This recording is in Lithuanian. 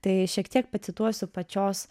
tai šiek tiek pacituosiu pačios